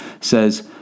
says